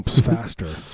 faster